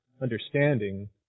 understanding